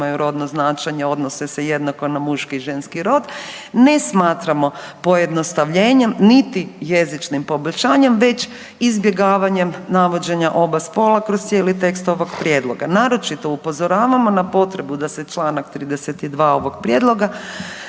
imaju rodno značenje odnose se jednako na muški i ženski rod ne smatramo pojednostavljenjem niti jezičnim poboljšanjem već izbjegavanjem navođenja oba spola kroz cijeli tekst ovog prijedloga. Naročito upozoravamo na potrebu da se čl. 32. ovog prijedloga